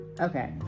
Okay